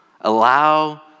Allow